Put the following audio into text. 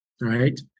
right